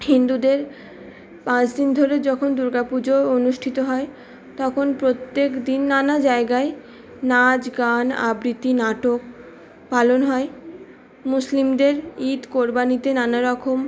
হিন্দুদের পাঁচ দিন ধরে যখন দুর্গা পুজো অনুষ্ঠিত হয় তখন প্রত্যেক দিন নানা জায়গায় নাচ গান আবৃতি নাটক পালন হয় মুসলিমদের ঈদ কুরবানিতে নানা রকম